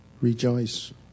rejoice